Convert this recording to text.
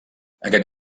aquest